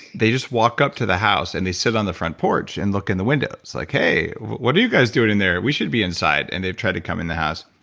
they just walk up to the house, and they sit on the front porch and look in the windows. like, hey, what are you guys doing in there? we should be inside. and they've tried to come in the house.